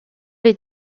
les